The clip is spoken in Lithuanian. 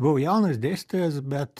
buvo jaunas dėstytojas bet